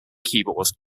keyboard